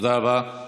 תודה רבה.